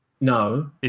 No